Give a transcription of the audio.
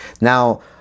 now